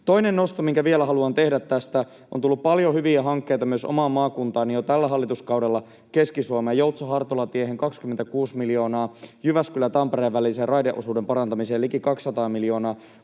Toinen nosto, minkä vielä haluan tehdä tästä: On tullut paljon hyviä hankkeita myös omaan maakuntaani Keski-Suomeen jo tällä hallituskaudella — Joutsa—Hartola-tiehen 26 miljoonaa, Jyväskylä—Tampere-välisen raideosuuden parantamiseen liki 200 miljoonaa